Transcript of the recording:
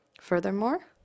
Furthermore